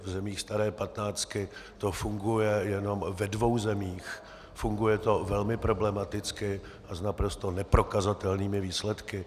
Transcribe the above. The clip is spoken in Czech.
V zemích staré patnáctky to funguje jenom ve dvou zemích, funguje to velmi problematicky a s naprosto neprokazatelnými výsledky.